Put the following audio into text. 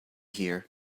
here